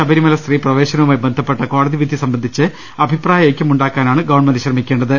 ശബരിമല സത്രീ പ്രവേശനവുമായി ബന്ധപ്പെട്ട കോടതി വിധി സംബന്ധിച്ച് അഭിപ്രായ ഐക്യമുണ്ടാക്കാനാണ് ഗവൺമെന്റ് ശ്രമിക്കേണ്ടത്